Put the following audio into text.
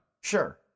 Sure